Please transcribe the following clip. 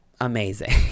Amazing